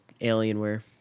alienware